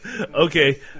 Okay